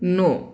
न'